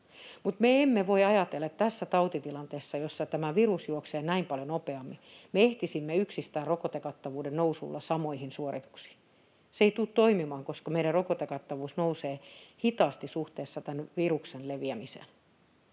mutta me emme voi ajatella, että tässä tautitilanteessa, jossa tämä virus juoksee näin paljon nopeammin, me ehtisimme yksistään rokotekattavuuden nousulla samoihin suorituksiin. Se ei tule toimimaan, koska meidän rokotekattavuus nousee hitaasti suhteessa tämän viruksen leviämiseen